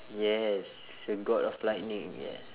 yes the god of lightning yes